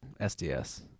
sds